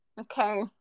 Okay